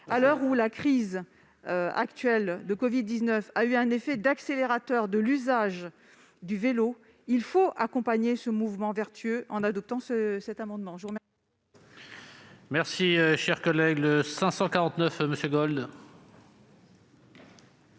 À l'heure où la crise actuelle de covid-19 a eu un effet accélérateur sur l'usage du vélo, il faut accompagner ce mouvement vertueux en adoptant ce cet amendement.